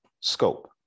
scope